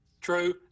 True